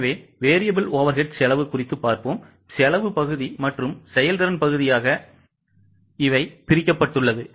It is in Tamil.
எனவே variable overhead செலவு செலவு பகுதி மற்றும் செயல்திறன் பகுதியாக பிரிக்கப்பட்டுள்ளது